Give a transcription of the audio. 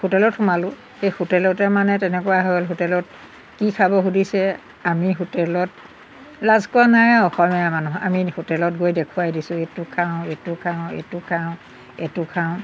হোটেলত সোমালোঁ সেই হোটেলতে মানে তেনেকুৱা হ'ল হোটেলত কি খাব সুধিছে আমি হোটেলত লাজ কৰা নাই আৰু অসমীয়া মানুহ আমি হোটেলত গৈ দেখুৱাই দিছোঁ এইটো খাওঁ এইটো খাওঁ এইটো খাওঁ এইটো খাওঁ